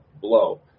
blow